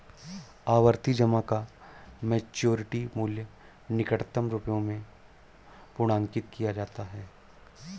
आवर्ती जमा का मैच्योरिटी मूल्य निकटतम रुपये में पूर्णांकित किया जाता है